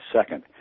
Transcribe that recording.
second